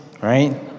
right